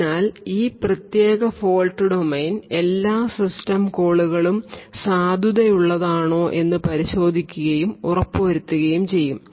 അതിനാൽ ഈ പ്രത്യേക ഫോൾട്ട് ഡൊമെയ്ൻ എല്ലാ സിസ്റ്റം കോളുകളും സാധുതയുള്ളതാണോയെന്ന് പരിശോധിക്കുകയും ഉറപ്പു വരുത്തുകയും ചെയ്യും